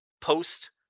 post